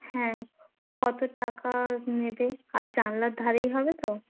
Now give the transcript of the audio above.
হ্যাঁ কত টাকা নেবে আর জানলার ধারেই হবে তো